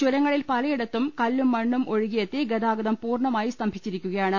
ചുരങ്ങളിൽ പലയി ടത്തും കല്ലും മണ്ണും ഒഴുകിയെത്തി ഗതാഗതം പൂർണ മായി സ്തംഭിച്ചിരിക്കുകയാണ്